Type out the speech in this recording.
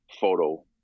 photo